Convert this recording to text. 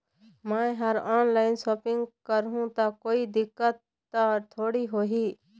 मैं हर online shopping करू ता कोई दिक्कत त थोड़ी होही?